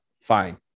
Fine